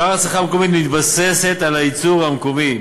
שאר הצריכה המקומית מתבססת על הייצור המקומי,